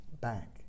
back